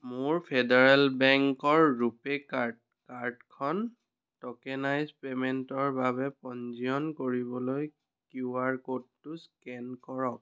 মোৰ ফেডাৰেল বেংকৰ ৰুপে কাৰ্ড কাৰ্ডখন ট'কেনাইজ্ড পে'মেণ্টৰ বাবে পঞ্জীয়ন কৰিবলৈ কিউ আৰ ক'ডটো স্কেন কৰক